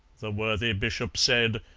the worthy bishop said,